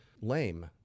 lame